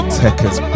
techers